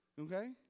Okay